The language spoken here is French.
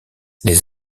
les